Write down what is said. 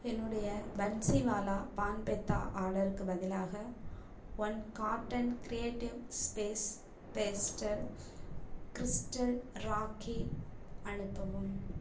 என்னுடைய பன்ஸிவாலா பான் பெத்தா ஆர்டருக்குப் பதிலாக one carton creative space pastel crystal rakhi அனுப்பவும்